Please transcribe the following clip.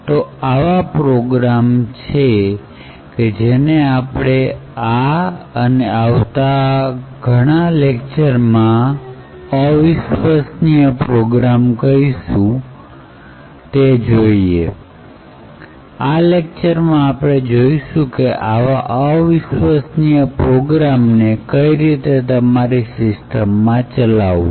તો આવો પ્રોગ્રામ કે જેને આપણે આ અને આવતા બધા લેક્ચરમાં અવિશ્વસનીય પ્રોગ્રામ કહીશું અને લેક્ચરમાં આપણે જોઇશું કે આવા અવિશ્વસનીય પ્રોગ્રામ ને કઈ રીતે તમારી સિસ્ટમ માં ચલાવવો